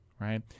right